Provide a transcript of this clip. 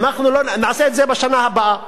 נעשה את זה בשנה הבאה,